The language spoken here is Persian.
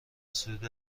صعود